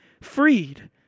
freed